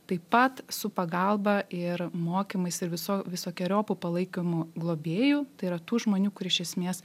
taip pat su pagalba ir mokymais ir viso visokeriopu palaikymu globėjų tai yra tų žmonių kurie iš esmės